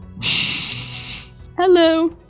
Hello